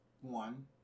one